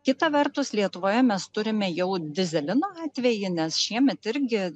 kita vertus lietuvoje mes turime jau dyzelino atvejį nes šiemet irgi